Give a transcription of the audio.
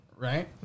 right